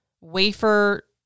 wafer